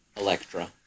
Electra